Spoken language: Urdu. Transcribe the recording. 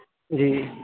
جی